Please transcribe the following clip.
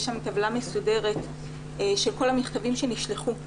יש שם טבלה מסודרת של כל המכתבים שנשלחו.